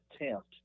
attempt